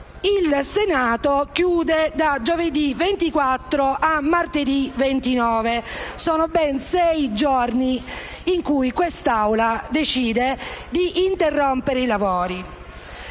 il Senato "chiude" da giovedì 24 a martedì 29. Sono ben sei giorni, in cui l'Assemblea decide di interrompere i propri